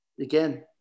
Again